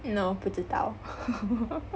no 不知道